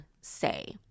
say